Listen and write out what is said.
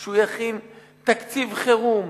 שהוא יכין תקציב חירום,